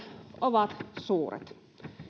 ovat suuret